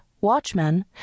Watchmen